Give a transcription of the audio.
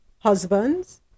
Husbands